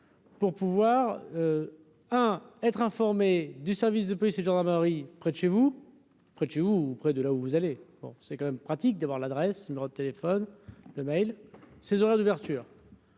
pour pouvoir à être informé du service de police et gendarmerie près de chez vous près de chez vous, près de là où vous allez, bon, c'est quand même pratique d'avoir l'adresse, numéro de téléphone le mail ses horaires d'ouverture.